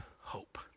hope